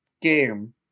game